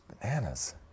bananas